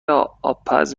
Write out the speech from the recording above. آبپز